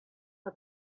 for